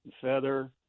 feather